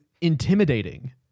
intimidating